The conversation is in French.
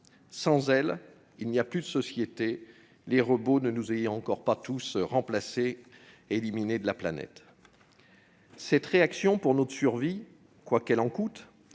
Sans elle, il n'y a plus de société, les robots ne nous ayant pas encore tous remplacés et éliminés de la planète. Cette réaction pour notre survie, quoi qu'elle en coûte,